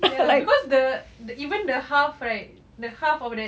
ya cause the even the half right the half of that